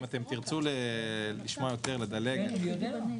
אם אתם תרצו לשמוע יותר, לדלג --- כן.